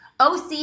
OC